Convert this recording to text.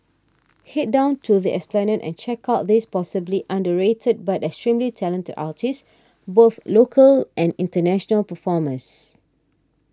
head down to the Esplanade and check out these possibly underrated but extremely talented artists both local and international performers